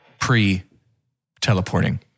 pre-teleporting